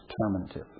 determinative